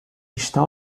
está